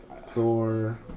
Thor